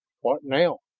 what now?